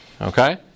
okay